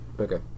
Okay